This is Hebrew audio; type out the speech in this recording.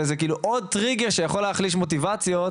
וזה כאילו עוד טריגר שיכול להחליש מוטיבציות.